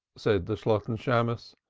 said the shalotten shammos,